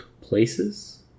places